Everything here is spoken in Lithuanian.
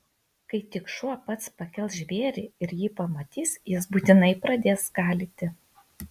kai tik šuo pats pakels žvėrį ir jį pamatys jis būtinai pradės skalyti